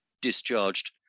discharged